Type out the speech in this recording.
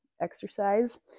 exercise